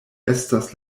estas